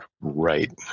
right